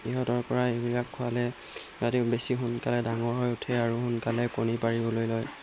ইহঁতৰপৰা এইবিলাক খোৱালে ইহঁতি বেছি সোনকালে ডাঙৰ হৈ উঠে আৰু সোনকালে কণী পাৰিবলৈ লয়